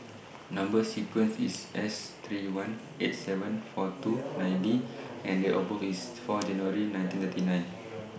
Number sequence IS S three one eight seven four two nine D and Date of birth IS four January nineteen thirty nine